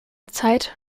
zeit